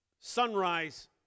sunrise